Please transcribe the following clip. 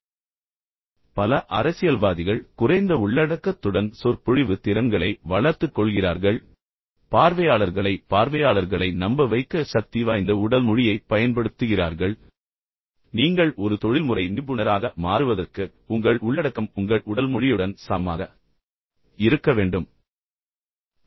உதாரணமாக பல அரசியல்வாதிகள் குறைந்த உள்ளடக்கத்துடன் வெறும் சொற்பொழிவு திறன்களை வளர்த்துக் கொள்கிறார்கள் பார்வையாளர்களை நம்ப வைக்க சக்திவாய்ந்த உடல் மொழியைப் பயன்படுத்துகிறார்கள் ஆனால் நீங்கள் ஒரு தொழில்முறை நிபுணராக மாறுவதற்கு உங்கள் உள்ளடக்கம் உங்கள் உடல் மொழியுடன் சமமாக இருக்க வேண்டும் என்று நான் வலியுறுத்தினேன்